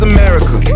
America